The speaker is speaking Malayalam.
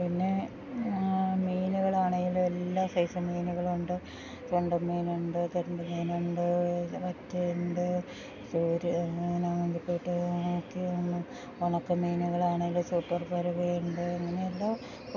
പിന്നെ മീന്കളാണേലു എല്ലാ സൈസ് മീന്കളുണ്ട് തെണ്ടൻ മീന്ണ്ട് തെരണ്ടി മീന്ണ്ട് വറ്റയ്ണ്ട് ചൂര എങ്ങനാ ഇതൊക്കെ ഉണക്കിയൊന്ന് ഉണക്കി മീന്കളാണേൽ സൂപ്പർ പറവയ്ണ്ട് അങ്ങനെ എല്ലാ